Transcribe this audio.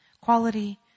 quality